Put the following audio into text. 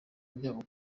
byabo